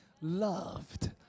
loved